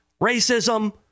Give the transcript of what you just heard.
racism